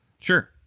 Sure